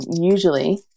usually